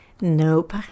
Nope